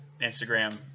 Instagram